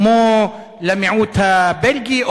כמו למיעוט הבלגי?